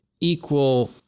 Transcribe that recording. equal